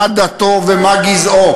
מה דתו ומה גזעו,